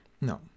no